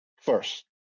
First